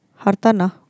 Hartana